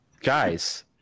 Guys